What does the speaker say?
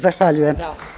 Zahvaljujem.